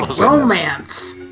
Romance